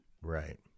Right